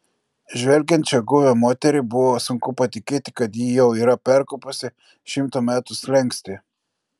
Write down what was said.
žvelgiant šią guvią moterį buvo sunku patikėti kad ji jau yra perkopusi šimto metų slenkstį